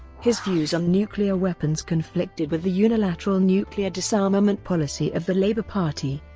his views on nuclear weapons conflicted with the unilateral nuclear disarmament policy of the labour party.